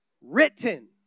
written